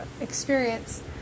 experience